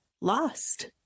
lost